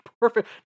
perfect